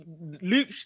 Luke